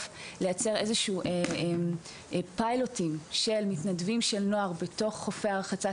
כדי לייצר פיילוטים של בני נוער מתנדבים בתוך חופי הרחצה,